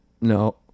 No